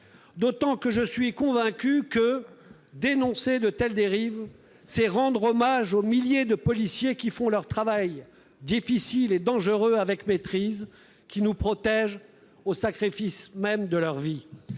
c'est heureux. Je suis convaincu que dénoncer de telles dérives, c'est rendre hommage aux milliers de policiers qui font leur travail difficile et dangereux avec maîtrise et qui nous protègent au sacrifice même de leur vie.